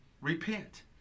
repent